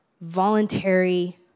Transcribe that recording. voluntary